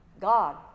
God